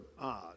odd